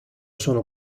sono